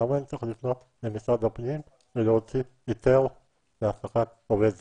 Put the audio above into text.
למה אני צריך לפנות למשרד הפנים כדי להוציא היתר להעסקת עובד זר?